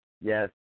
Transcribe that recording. yes